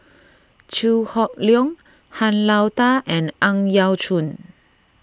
Chew Hock Leong Han Lao Da and Ang Yau Choon